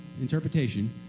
interpretation